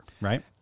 right